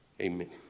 Amen